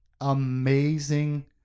amazing